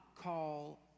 call